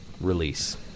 release